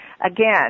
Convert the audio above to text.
again